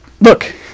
look